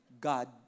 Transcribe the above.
God